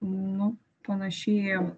nu panašiai